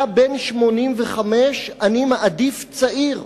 אתה בן 85, אני מעדיף צעיר.